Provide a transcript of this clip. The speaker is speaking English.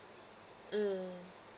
mm